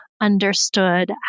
understood